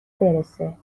برسه